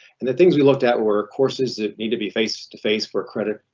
and the things we looked at were courses that need to be face to face for creditation.